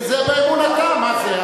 זה באמונתם, מה זה?